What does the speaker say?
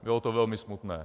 Bylo to velmi smutné.